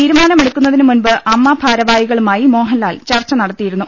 തീരുമാനമെടുക്കുന്നതിനു മുമ്പ് അമ്മ ഭാരവാഹികളുമായി മോഹൻലാൽ ചർച്ച നടത്തിയിരുന്നു